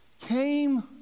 came